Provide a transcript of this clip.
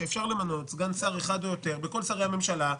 שאפשר למנות סגן שר אחד או יותר בכל משרדי הממשלה,